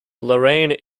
lorraine